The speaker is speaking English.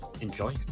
enjoy